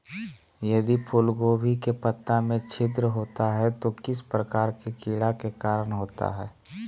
यदि फूलगोभी के पत्ता में छिद्र होता है तो किस प्रकार के कीड़ा के कारण होता है?